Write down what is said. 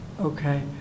Okay